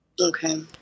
Okay